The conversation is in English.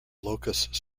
locusts